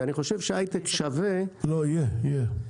ואני חושב שההייטק שווה --- לא, יהיה, יהיה.